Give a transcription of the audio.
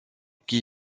qui